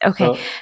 okay